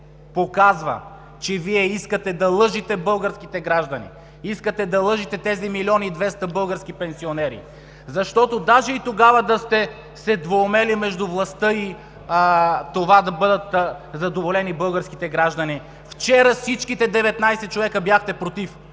показва, че Вие искате да лъжете българските граждани, искате да лъжете тези милион и двеста български пенсионери, защото даже и тогава да сте се двоумели между властта и това да бъдат задоволени българските граждани, вчера всичките 19 човека бяхте „против“